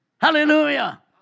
Hallelujah